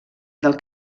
del